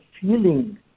feeling